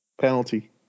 Penalty